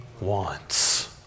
wants